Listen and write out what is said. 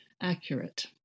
accurate